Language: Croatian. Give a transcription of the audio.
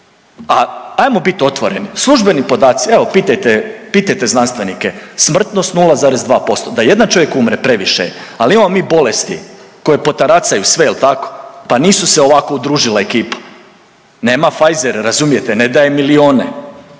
a ajmo biti otvoreni službeni podaci evo pitajte, pitajte znanstvenike smrtnost 0,2% da jedan čovjek umre previše je ali imamo mi bolesti koje potaracaju sve jel tako, pa nisu se ovako udružila ekipa, nema Pfizera, razumijete ne daje milione